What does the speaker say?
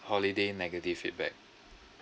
holiday negative feedback